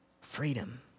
freedom